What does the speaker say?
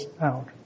out